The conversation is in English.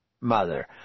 mother